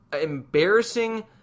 embarrassing